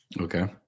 Okay